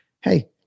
hey